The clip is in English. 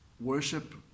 worship